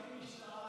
תזמין משטרה.